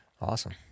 Awesome